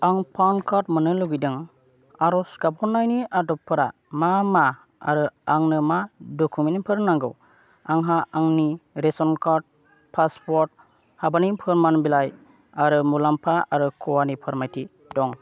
आं PAN card मोननो लुबैदों आर'ज गाबख'नायनि आदबफोरा मा मा आरो आंनो मा डकुमेन्टफोर नांगौ आंहा आंनि रेशन कार्ड पासवर्ड हाबानि फोरमान बिलाइ आरो मुलाम्फा आरो खहानि फोरमायथि दं